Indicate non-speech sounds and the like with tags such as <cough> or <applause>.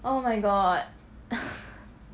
oh my god <laughs>